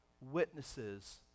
witnesses